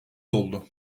oldu